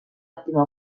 òptima